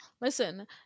Listen